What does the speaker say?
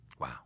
Wow